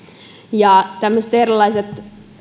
tämmöisillä erilaisilla